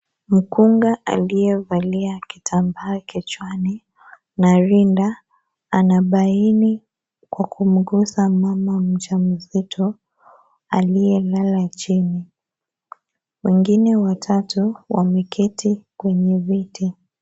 Mkunga aliyevalia kitambaa kichwani na rinda anabaini kwa kumguza mama mjamzito aliyelala chini, wengine watatu wameketi kwenye viti.